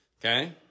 Okay